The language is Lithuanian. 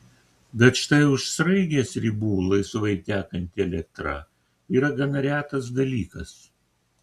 bet štai už sraigės ribų laisvai tekanti elektra yra gana retas dalykas